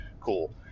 cool